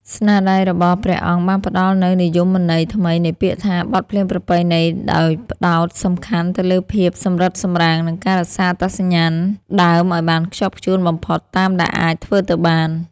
ស្នាដៃរបស់ព្រះអង្គបានផ្តល់នូវនិយមន័យថ្មីនៃពាក្យថា បទភ្លេងប្រពៃណី ដោយផ្តោតសំខាន់ទៅលើភាពសម្រិតសម្រាំង និងការរក្សាអត្តសញ្ញាណដើមឱ្យបានខ្ជាប់ខ្ជួនបំផុតតាមដែលអាចធ្វើទៅបាន។